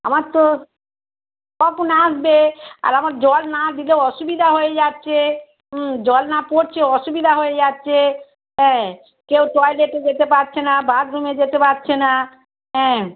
আমার তো কখন আসবে আর আমার জল না দিলে অসুবিধা হয়ে যাচ্ছে হুম জল না পড়ছে অসুবিধা হয়ে যাচ্ছে হ্যাঁ কেউ টয়লেটে যেতে পারছে না বাথরুমে যেতে পারছে না হ্যাঁ